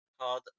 called